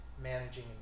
managing